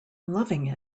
loving